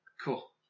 Cool